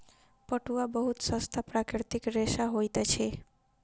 पटुआ बहुत सस्ता प्राकृतिक रेशा होइत अछि